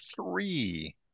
three